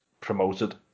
promoted